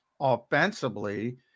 offensively